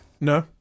No